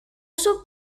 uso